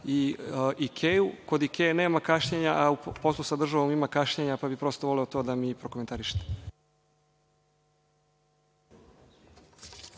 i Ikeu. Kod Ikee nema kašnjenja, a u poslu sa državom ima kašnjenja, pa bih prosto voleo to da mi prokomentarišete.